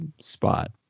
spot